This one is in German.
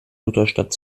lutherstadt